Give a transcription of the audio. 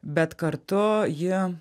bet kartu ji